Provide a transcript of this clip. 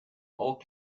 all